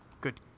Good